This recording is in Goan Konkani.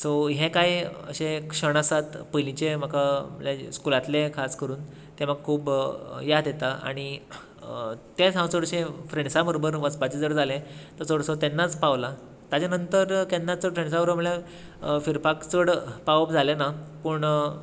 सो हें कांय क्षण आसात पयलींचे म्हाका लायक स्कुलांतले खास करून ते म्हाका खूब याद येता आनी तेंच हांव चडशे फ्रेन्डसां बरोबर वचपाचें जर जालें तो चडसो तेन्नाच पावलां ताचे नंतर केन्नाच चड फ्रेन्डसां बरोबर म्हळ्यार फिरपाक चड पावप जालें ना पूण